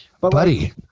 buddy